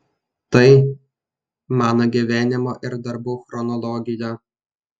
tai mano gyvenimo ir darbų chronologija